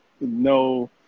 no